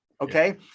Okay